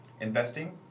investing